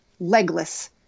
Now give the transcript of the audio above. legless